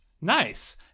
Nice